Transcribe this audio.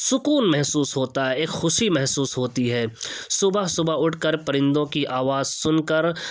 سکون محسوس ہوتا ہے ایک خوشی محسوس ہوتی ہے صبح صبح اٹھ کر پرندوں کی آواز سن کر